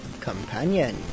companion